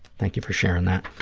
thank you for sharing that.